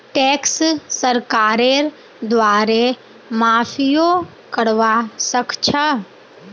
tax सरकारेर द्वारे माफियो करवा सख छ